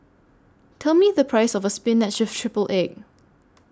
Tell Me The Price of Spinach with Triple Egg